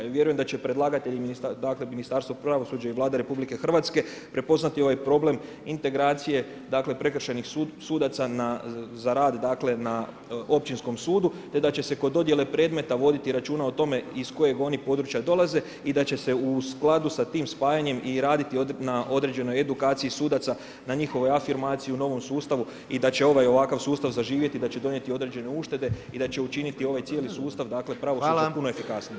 Ja vjerujem da će predlagatelj dakle Ministarstvo pravosuđa i Vlada RH prepoznati ovaj problem integracije prekršajnih sudaca za rad na općinskom sudu te da će se kod dodjele predmeta voditi računa o tome iz kojeg oni područja dolaze i da će se u skladu sa tim spajanjem i raditi na određenoj edukaciji sudaca, na njihovoj afirmaciji u novom sustavu i da će ovaj, ovakav sustav zaživjeti, da će donijeti određene uštede i da će učiniti ovaj cijeli sustav, dakle pravosuđa puno efikasniji.